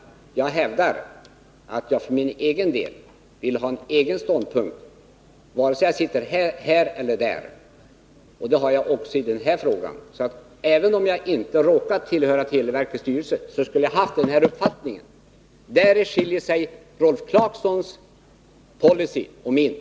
Jag hävdar att jag för egen del vill ha en egen ståndpunkt, vare sig jag sitter här eller där. Det har jag också i den här frågan. Även om det varit så att jag inte råkat tillhöra televerkets styrelse skulle jag ha haft den här uppfattningen. Där skiljer sig Rolf Clarksons och min policy.